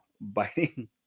biting